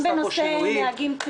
גם בנושא ביטוח לנהגים צעירים?